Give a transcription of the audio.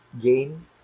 gain